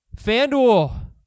FanDuel